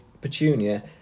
Petunia